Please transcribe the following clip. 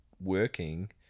working